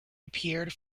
appeared